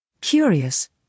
Curious